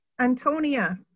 Antonia